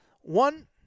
One